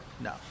No